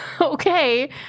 Okay